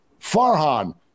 Farhan